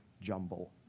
jumble